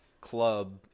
club